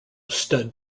stud